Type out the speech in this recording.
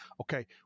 okay